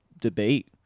debate